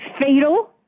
fatal